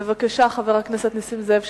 בבקשה, חבר הכנסת נסים זאב.